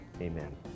amen